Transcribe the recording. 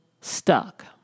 stuck